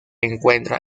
encuentra